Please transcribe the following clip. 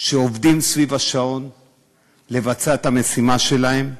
שעובדים סביב השעון לבצע את המשימה שלהם.